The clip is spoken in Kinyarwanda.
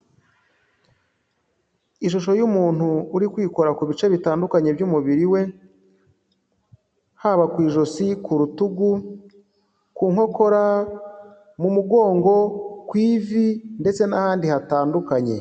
Ishusho y'umuntu uri kwikora ku bice bitandukanye by'umubiri we haba ku ijosi, ku rutugu, ku nkokora, mu mugongo, ku ivi ndetse n'ahandi hatandukanye.